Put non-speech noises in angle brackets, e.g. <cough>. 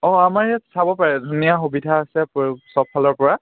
অঁ আমাৰ ইয়াত চাব পাৰে ধুনীয়া সুবিধা আছে <unintelligible> সব ফালৰ পৰা